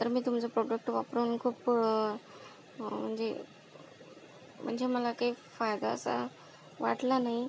तर मी तुमचं प्रॉडक्ट वापरून खूप म्हणजे म्हणजे मला काही फायदा असा वाटला नाही